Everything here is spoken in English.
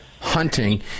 hunting